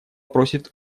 просит